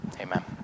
Amen